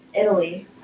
Italy